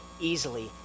easily